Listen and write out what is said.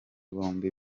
bombi